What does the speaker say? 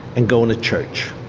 and going to church.